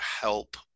help